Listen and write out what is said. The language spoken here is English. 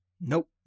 Nope